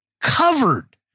covered